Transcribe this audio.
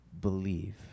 believe